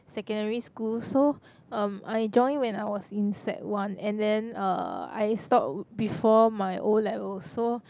secondary school so um I join when I was in sec-one and then uh I stop before my O-levels so